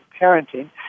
parenting